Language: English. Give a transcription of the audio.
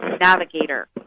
Navigator